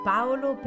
Paolo